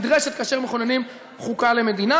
שנדרשת כאשר מכוננים חוקה למדינה.